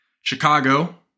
Chicago